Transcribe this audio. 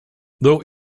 though